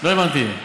לא הבנתי.